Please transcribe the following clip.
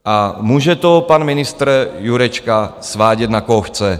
A může to pan ministr Jurečka svádět, na koho chce.